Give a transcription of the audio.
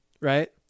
right